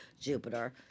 jupiter